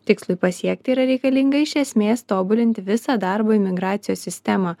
tikslui pasiekti yra reikalinga iš esmės tobulinti visą darbo imigracijos sistemą